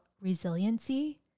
resiliency